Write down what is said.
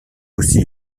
aussi